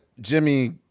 Jimmy